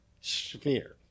Sphere